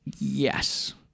Yes